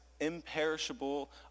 imperishable